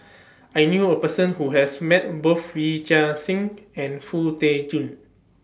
I knew A Person Who has Met Both Yee Chia Hsing and Foo Tee Jun